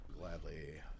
Gladly